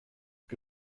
que